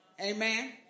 Amen